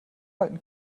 halten